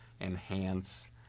enhance